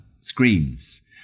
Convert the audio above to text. screens